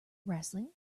wrestling